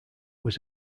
was